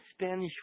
Spanish